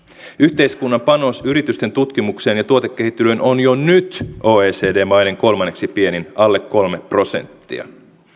yhteiskunnan panos yritysten tutkimukseen ja tuotekehittelyyn on jo nyt oecd maiden kolmanneksi pienin alle kolme prosenttia